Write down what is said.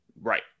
Right